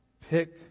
pick